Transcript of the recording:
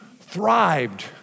thrived